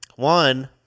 One